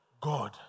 God